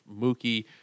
Mookie